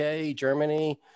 Germany